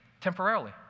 temporarily